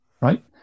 right